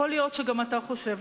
יכול להיות שגם אתה חושב,